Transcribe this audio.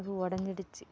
அது உடஞ்சிடிச்சி